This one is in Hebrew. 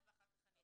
ואחר כך אני אתייחס.